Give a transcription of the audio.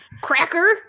cracker